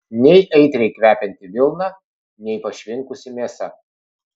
nei aitriai kvepianti vilna nei pašvinkusi mėsa